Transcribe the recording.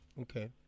Okay